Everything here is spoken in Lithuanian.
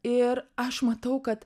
ir aš matau kad